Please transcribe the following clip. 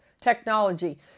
technology